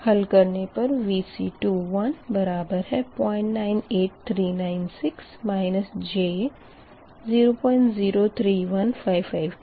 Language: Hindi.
हल करने पर Vc21 बराबर है 098396 j 003155 के